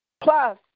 Plus